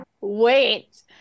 Wait